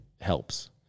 helps